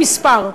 מספר.